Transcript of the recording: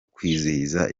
kwizihiza